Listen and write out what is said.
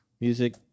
music